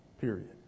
period